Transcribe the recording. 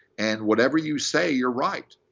and whatever you say, you're right.